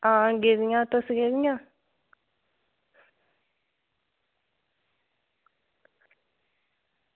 आं गेदियां तुस गेदियां